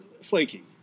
Flaky